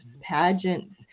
pageant's